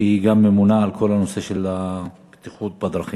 שהיא גם ממונה על כל הנושא של הבטיחות בדרכים.